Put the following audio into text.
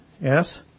yes